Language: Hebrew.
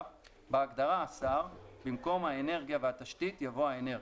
בהגדרה "השר" במקום "האנרגיה והתשתית" יבוא "האנרגיה".